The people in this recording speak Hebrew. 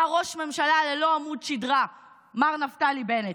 מר ראש ממשלה ללא עמוד שדרה מר נפתלי בנט,